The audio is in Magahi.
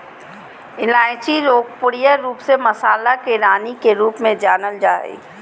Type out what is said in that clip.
इलायची लोकप्रिय रूप से मसाला के रानी के रूप में जानल जा हइ